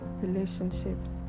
relationships